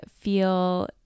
feel